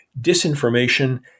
disinformation